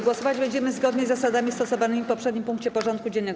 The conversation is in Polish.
Głosować będziemy zgodnie z zasadami stosowanymi w poprzednim punkcie porządku dziennego.